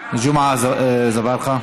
ג'מעה אזברגה.